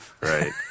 Right